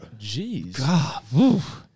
Jeez